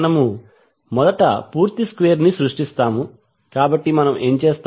మనము మొదట పూర్తి స్క్వేర్ ని సృష్టిస్తాము కాబట్టి మనం ఏమి చేస్తాం